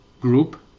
group